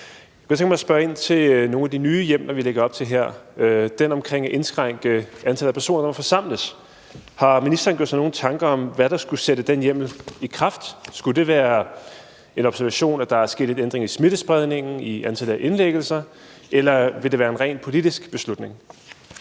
Jeg kunne tænke mig at spørge ind til nogle af de nye hjemler, vi lægger op til her – bl.a. den om at indskrænke antallet af personer, der må forsamles. Har ministeren gjort sig nogen tanker om, hvad der skulle sætte den hjemmel i kraft? Skulle det være en observation af, at der er sket en ændring i smittespredningen, i antallet af indlæggelser, eller vil det være en rent politisk beslutning?